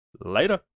Later